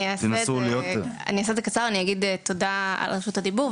אני אגיד תודה על רשות הדיבור,